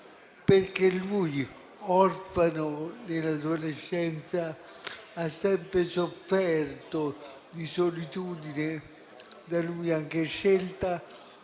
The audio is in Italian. perché lui, orfano nell'adolescenza, ha sempre sofferto di solitudine, da lui anche scelta,